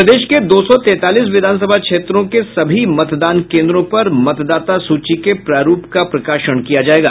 प्रदेश के दो सौ तैंतालीस विधान सभा क्षेत्रों के सभी मतदान केंद्रों पर मतदाता सूची के प्रारूप का प्रकाशन किया जायेगा